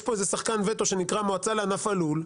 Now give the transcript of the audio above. יש פה איזה שחקן וטו, שנקרא המועצה לענף הלול.